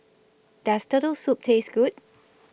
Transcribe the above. Does Turtle Soup Taste Good